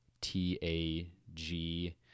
T-A-G